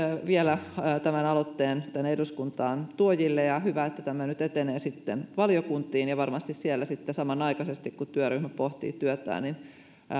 vielä aloitteen tänne eduskuntaan tuoneille ja hyvä että tämä nyt etenee sitten valiokuntiin varmasti sitten samanaikaisesti kun työryhmä pohtii työtään